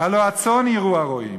הלוא הצאן ירעו הרעים,